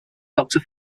doctor